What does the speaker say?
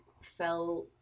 fell